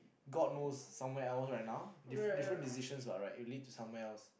god knows somewhere else right now diff~ different decisions what right it'll lead to somewhere else